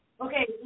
okay